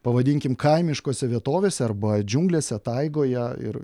pavadinkim kaimiškose vietovėse arba džiunglėse taigoje ir